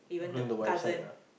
blame the wife side ah